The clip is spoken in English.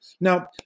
Now